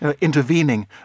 intervening